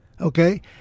Okay